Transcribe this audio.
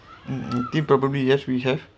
mm mm this probably yes we have